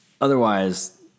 Otherwise